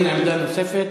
אפשר הצעה אחרת?